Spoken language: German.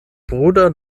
bruder